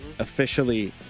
officially